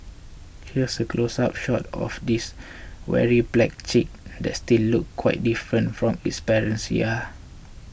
here's a close up shot of this weary black chick that still looked quite different from its parents yeah